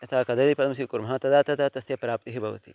यथा कदलीपळं स्वीकुर्मः तदा तदा तस्य प्राप्तिः भवति